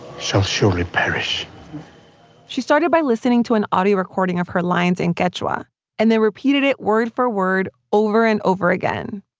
shall surely perish she started by listening to an audio recording of her lines in quechua and then repeated it word for word over and over again.